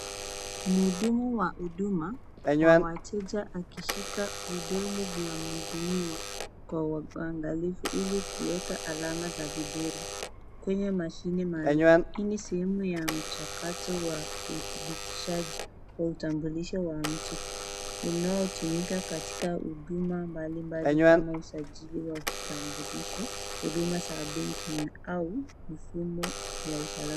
Mhudumu wa huduma kwa wateja akishika vidole vya mhudumiwa kwa uwangalifu ili kuweka alama za vidole kwenye mashine maalum ili sehemu ya mchakato wa udhibitishaji wa utambulisho wa mtu unaotumika katika huduma mbalimbali kama usajili wa vitambulisho, huduma za benki au mifumo ya usalama.